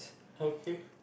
okay